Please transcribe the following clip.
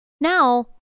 now